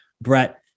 Brett